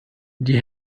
die